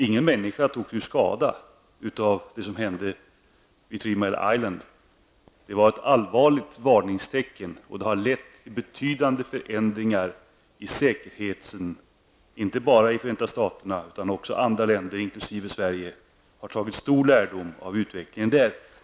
Ingen människa tog ju skada av det som hände i Three Mile Island. Händelsen där var ett allvarligt varningstecken, och den har lett till betydande förändringar i säkerheten, inte bara i Förenta Staterna utan också i andra länder, inkl. Sverige, som har tagit stor lärdom av utvecklingen där.